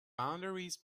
boundaries